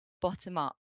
bottom-up